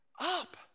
up